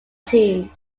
team